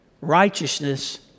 Righteousness